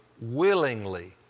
willingly